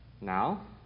Now